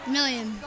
Million